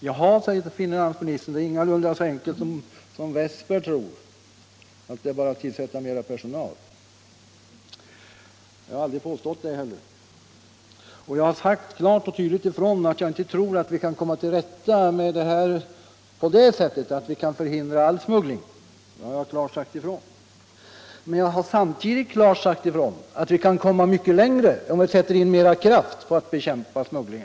Jaha, säger finansministern, det är ingalunda så enkelt som Westberg tror — att det bara är att tillsätta mera personal. Jag har aldrig påstått det heller. Och jag har sagt klart och tydligt ifrån att jag inte tror att vi kan förhindra all smuggling. Men jag har samtidigt lika klart sagt ifrån att vi kan komma mycket längre om vi sätter in mera kraft på att bekämpa smugglingen.